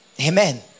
Amen